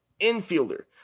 infielder